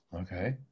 okay